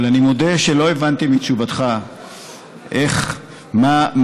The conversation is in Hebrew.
אבל אני מודה שלא הבנתי מתשובתך איך אנחנו